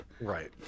Right